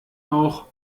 auch